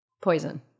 Poison